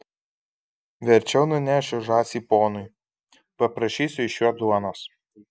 verčiau nunešiu žąsį ponui paprašysiu iš jo duonos